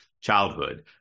childhood